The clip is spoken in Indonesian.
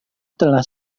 telah